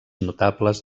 notables